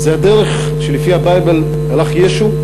זו הדרך שלפי ה-Bible הלך בה ישו,